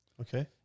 Okay